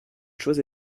chose